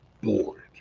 bored